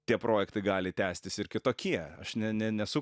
tie projektai gali tęstis ir kitokie aš ne ne ne nesu